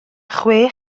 chwe